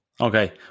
Okay